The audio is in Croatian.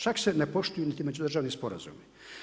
Čak se ne poštuju niti međudržavni sporazumi.